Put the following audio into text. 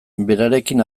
berarekin